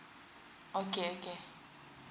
okay okay